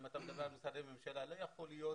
אם אתה מדבר על משרדי ממשלה, לא יכול להיות